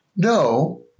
No